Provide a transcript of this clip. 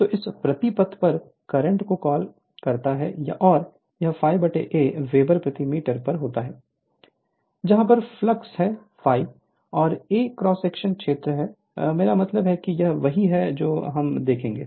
तो यह प्रति पथ पर करंट को कॉल करता है और यह ∅ a वेबर प्रति मीटर 2 पर हैजहां पर ∅ फ्लक्स है और a क्रॉस सेक्शनल क्षेत्र है मेरा मतलब है कि यह वही है जो हम देखेंगे